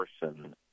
person